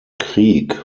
krieg